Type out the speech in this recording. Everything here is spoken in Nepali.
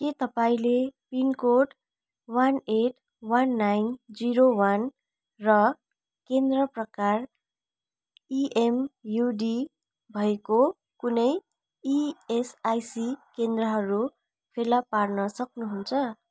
के तपाईँँले pincode one eight one nine zero one र केन्द्र प्रकार इएमयुडी भएको कुनै इएसआइसी केन्द्रहरू फेला पार्न सक्नुहुन्छ